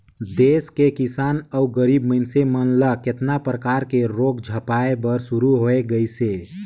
देस के किसान अउ गरीब मइनसे मन ल केतना परकर के रोग झपाए बर शुरू होय गइसे